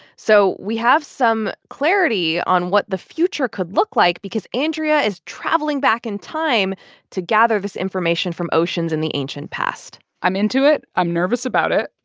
so we have some clarity on what the future could look like because andrea is traveling back in time to gather this information from oceans in the ancient past i'm into it. i'm nervous about it,